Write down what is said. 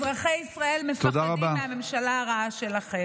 אזרחי ישראל מפחדים מהממשלה הרעה שלכם.